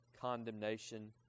condemnation